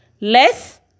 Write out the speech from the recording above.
Less